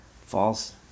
false